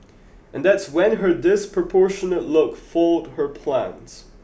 and that's when her disproportionate look foiled her plans